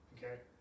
Okay